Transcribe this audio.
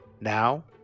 Now